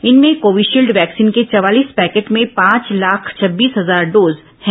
इनमें Covishield vaccine के चवालीस पैकेट में पांच लाख छब्बीस हजार डोज हैं